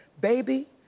Baby